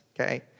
okay